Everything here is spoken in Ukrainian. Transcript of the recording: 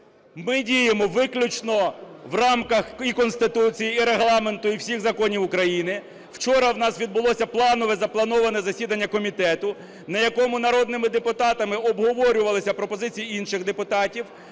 Ми діємо виключно в рамках і Конституції, і Регламенту, і всіх законів України. Вчора в нас відбулося планове, заплановане засідання комітету, на якому народними депутатами обговорювалися пропозиції інших депутатів.